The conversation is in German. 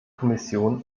kommission